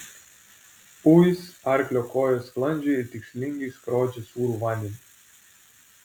uis arklio kojos sklandžiai ir tikslingai skrodžia sūrų vandenį